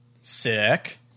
Sick